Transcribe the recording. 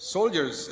Soldiers